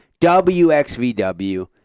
WXVW